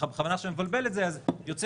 יוצא